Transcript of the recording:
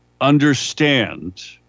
understand